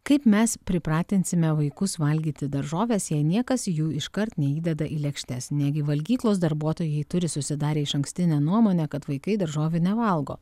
kaip mes pripratinsime vaikus valgyti daržoves jei niekas jų iškart neįdeda į lėkštes negi valgyklos darbuotojai turi susidarę išankstinę nuomonę kad vaikai daržovių nevalgo